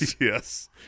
yes